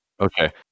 Okay